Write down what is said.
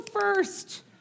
first